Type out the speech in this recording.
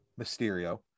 Mysterio